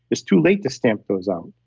it's too late to stamp those um